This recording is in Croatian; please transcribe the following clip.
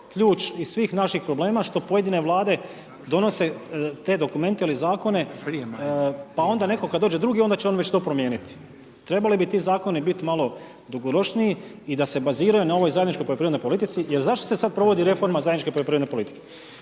ključ i svih naših problema što pojedine vlade donose te dokumente ili zakone, pa onda netko kad dođe drugi, onda će on već to promijeniti. Trebali bi ti zakoni biti malo dugoročniji i da se baziraju na ovoj zajedničkoj poljoprivrednoj politici. Jer zašto se sad provodi reforma zajedničke poljoprivredne politike?